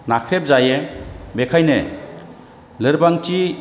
नाख्रेब जायो बेनिखायनो लोरबांथि